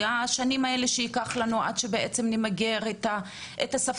על השנים שייקח לנו עד שיצליחו למגר את הספסרות,